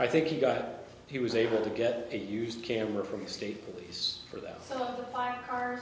i think he got he was able to get a used camera from the state police for that